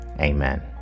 Amen